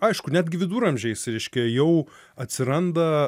aišku netgi viduramžiais reiškia jau atsiranda